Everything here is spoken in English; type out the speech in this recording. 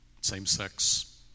same-sex